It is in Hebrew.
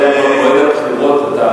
לגבי הבחירות,